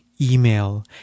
email